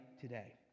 today